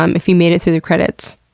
um if you made it through the credits,